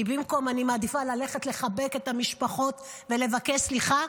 כי במקום זה אני מעדיפה ללכת לחבק את המשפחות ולבקש סליחה,